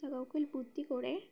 কোকিল বুদ্ধি করে